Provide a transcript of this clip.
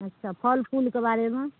अच्छा फल फूलके बारेमे